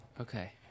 okay